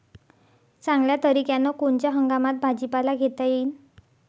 चांगल्या तरीक्यानं कोनच्या हंगामात भाजीपाला घेता येईन?